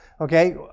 Okay